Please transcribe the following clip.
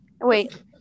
Wait